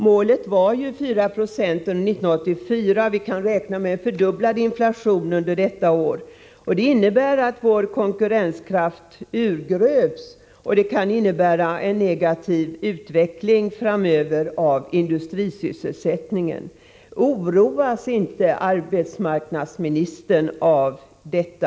Målet var 4 90 inflation under 1984. Vi kan räkna med en fördubblad inflation under detta år. Det innebär att vår konkurrenskraft urgröps, och det kan framöver medföra en negativ utveckling av industrisysselsättningen. Oroas inte arbetsmarknadsministern av detta?